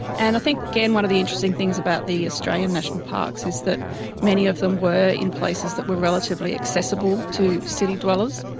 and i think, again, one of the interesting things about the australian national parks is that many of them were in places that were relatively accessible to city dwellers.